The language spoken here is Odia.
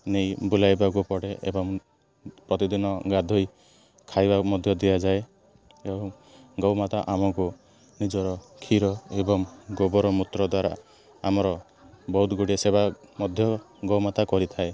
ନେଇ ବୁଲାଇବାକୁ ପଡ଼େ ଏବଂ ପ୍ରତିଦିନ ଗାଧୋଇ ଖାଇବା ମଧ୍ୟ ଦିଆଯାଏ ଏବଂ ଗୋମାତା ଆମକୁ ନିଜର କ୍ଷୀର ଏବଂ ଗୋବର ମୂତ୍ର ଦ୍ୱାରା ଆମର ବହୁତ ଗୁଡ଼ିଏ ସେବା ମଧ୍ୟ ଗୋମାତା କରିଥାଏ